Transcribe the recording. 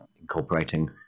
incorporating